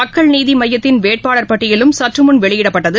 மக்கள் நீதிமய்யத்தின் வேட்பாளர் பட்டியலும் சற்றுமுன் வெளியிடப்பட்டது